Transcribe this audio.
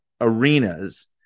arenas